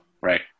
Right